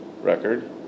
record